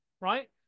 right